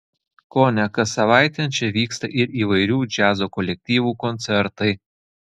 kone kas savaitę čia vyksta ir įvairių džiazo kolektyvų koncertai